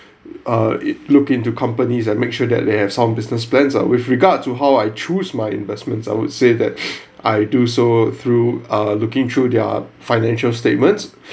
uh look into companies and make sure that they have some business plans ah with regard to how I choose my investments I would say that I do so through uh looking through their financial statements